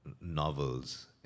novels